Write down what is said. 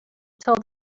told